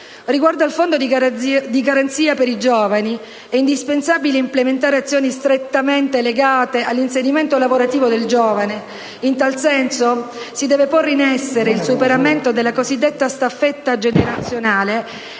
Riguardo al Fondo di garanzia per i giovani, è indispensabile implementare azioni strettamente legate all'inserimento lavorativo del giovane. In tal senso, si deve porre in essere il superamento della cosiddetta staffetta generazionale